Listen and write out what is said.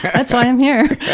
that's why i'm here.